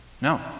No